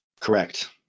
Correct